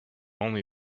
only